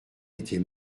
était